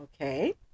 Okay